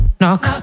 knock